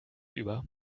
über